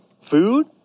Food